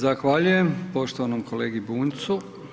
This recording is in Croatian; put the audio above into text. Zahvaljujem poštovanom kolegi Bunjcu.